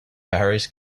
parish